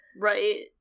Right